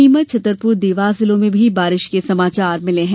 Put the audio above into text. नीमच छतरपुर देवास जिलों में भी बारिश के समाचार मिले हैं